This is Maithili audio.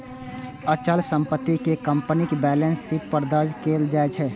अचल संपत्ति कें कंपनीक बैलेंस शीट पर दर्ज कैल जाइ छै